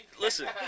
Listen